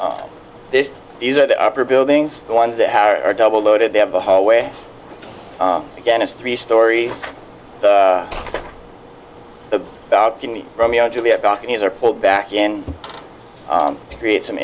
if this these are the upper buildings the ones that are double loaded they have a hallway again a three story a balcony romeo and juliet balconies are pulled back in to create some